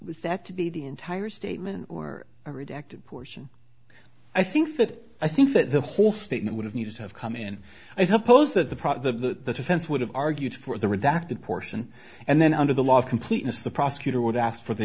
was that to be the entire statement or a redacted portion i think that i think that the whole statement would have needed to have come in and i suppose that the product of the defense would have argued for the redacted portion and then under the law of completeness the prosecutor would ask for the